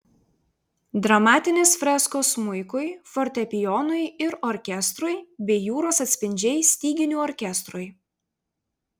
dramatinės freskos smuikui fortepijonui ir orkestrui bei jūros atspindžiai styginių orkestrui